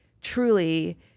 truly